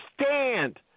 stand